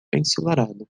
ensolarado